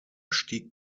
stieg